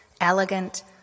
elegant